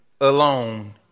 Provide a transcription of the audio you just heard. alone